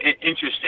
interesting